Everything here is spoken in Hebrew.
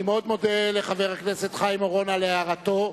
אני מאוד מודה לחבר הכנסת חיים אורון על הערתו,